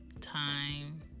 Time